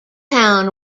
town